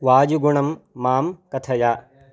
वायुगुणं मां कथय